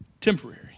Temporary